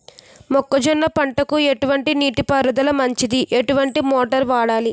మొక్కజొన్న పంటకు ఎటువంటి నీటి పారుదల మంచిది? ఎటువంటి మోటార్ వాడాలి?